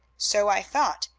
so i thought.